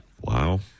Wow